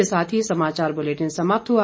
इसी के साथ ये समाचार बुलेटिन समाप्त हुआ